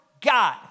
God